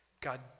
God